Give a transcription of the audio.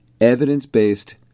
evidence-based